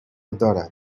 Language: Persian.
دارد